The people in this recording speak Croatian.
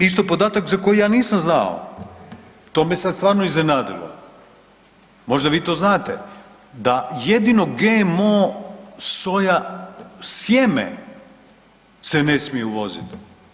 Isto podatak za koji ja nisam znao, to me sad stvarno iznenadilo, možda vi to znate, da jedino GMO soja sjeme se ne smije uvozit.